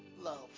love